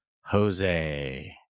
Jose